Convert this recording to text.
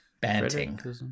banting